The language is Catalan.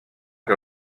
que